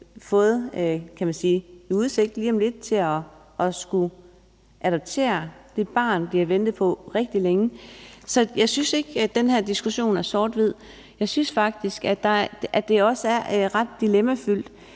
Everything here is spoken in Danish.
fået stillet i udsigt lige om lidt at skulle adoptere det barn, de har ventet på rigtig længe. Så jeg synes ikke, den her diskussion er sort-hvid. Jeg synes faktisk også, det er ret dilemmafyldt.